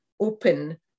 open